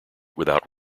without